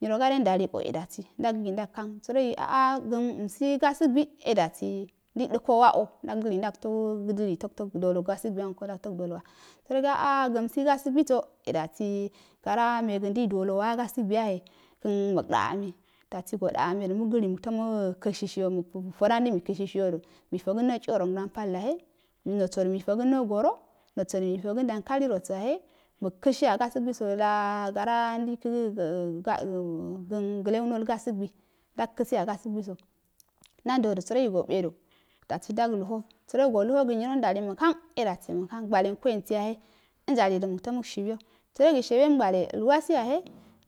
Nyrogade ndali e dabi ndagdili ndag hang sərogo a a gən msi gabugui e dabi ndei dəko wa'a nat ndalto gəldəli ndagfto to duwalo gabuguianko nogfto uduwalo wa sərogi a a gən mosi gasu guiso e dosi gara megən guiso e dasi gara megən ndei dunulo wa gasigu yahe gəri musda wa gaskiya yahe gəri musda amei goda amendo mug dili mug to mug kibiyo musft mugtondando meikoiyodu meifogəndo tchiyongdon pallahe nosodo meifogəndo dankaliroso yahe mugkiyiya gasugu bola gara ndei kəgadi gə ga un gan geu not gasugui ndagkisiya gabuguiso nadogi sərogi sabedu dari ndgluho sərogi səluhogi nyirondalili mugham e dabi maghang gwalenko yeniyahe njalido mug to mugshebiyo sərogi shib iyongwade əlwasiyahe